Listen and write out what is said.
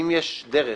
אם יש דרך